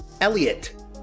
Elliot